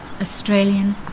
Australian